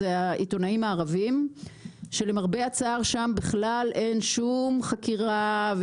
זה העיתונאים הערבים שלמרבה הצער שם בכלל אין שום חקירה,